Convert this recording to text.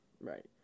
right